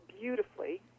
beautifully